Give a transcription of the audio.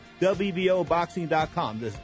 wboboxing.com